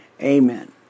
Amen